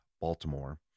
Baltimore